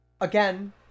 again